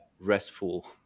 restful